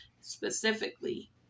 specifically